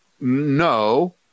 no